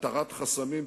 התרת חסמים,